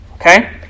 Okay